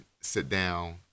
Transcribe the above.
sit-down